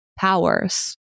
powers